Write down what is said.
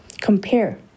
compare